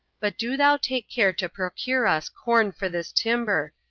but do thou take care to procure us corn for this timber,